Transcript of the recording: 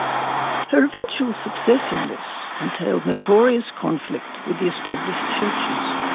her eventual success in this entailed notorious conflict with the established churches,